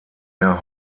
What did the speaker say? der